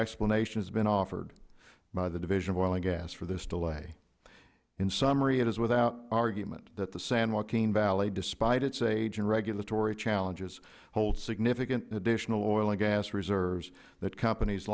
explanation has been offered by the division of oil and gas for this delay in summary it is without argument that the san joaquin valley despite its age and regulatory challenges holds significant additional oil and gas reserves that companies